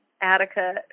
Attica